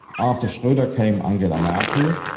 after schroeder came angela merkel.